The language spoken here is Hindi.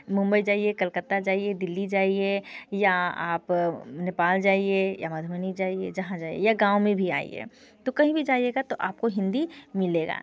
मुम्बई जाइए कलकत्ता जाइए दिल्ली जाइए या आप नेपाल जाइए या मधुबनी जाइए जहाँ जाइए या गाँव में भी आइए तो कहीं भी जाइएगा तो आपको हिंदी मिलेगा